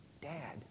Dad